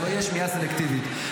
שלא תהיה שמיעה סלקטיבית.